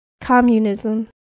Communism